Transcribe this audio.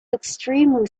extremely